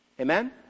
Amen